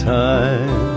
time